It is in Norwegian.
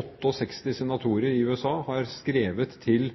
68 senatorer i USA har skrevet til